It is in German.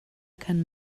kann